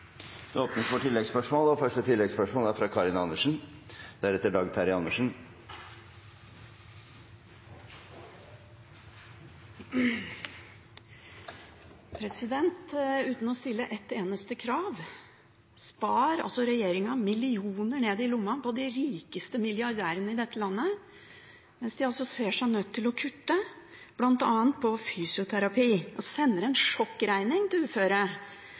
Det blir gitt anledning til oppfølgingsspørsmål – først Karin Andersen. Uten å stille et eneste krav spar regjeringen millioner ned i lomma på de rikeste milliardærene i dette landet, mens de ser seg nødt til å kutte bl.a. på fysioterapi og sender en sjokkregning til uføre.